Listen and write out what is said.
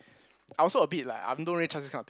I also a bit like I don't really trust this kind of thing